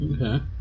Okay